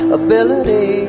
ability